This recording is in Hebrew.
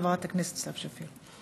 חברת הכנסת סתיו שפיר.